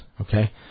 okay